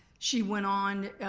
she went on,